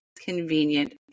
convenient